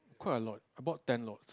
quite a lot about ten lots